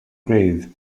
grave